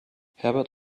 herbert